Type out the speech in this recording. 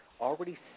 already